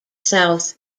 south